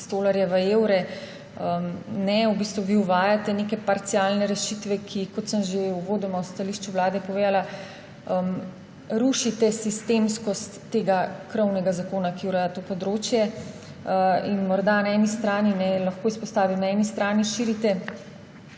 iz tolarjev v evre. Ne, v bistvu vi uvajate neke parcialne rešitve, ki, kot sem že uvodoma v stališču Vlade povedala, rušijo sistemskost krovnega zakona, ki ureja to področje. Morda lahko izpostavim, na eni strani širite